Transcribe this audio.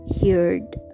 Heard